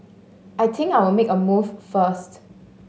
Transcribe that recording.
I think I'll make a move first